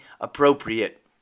appropriate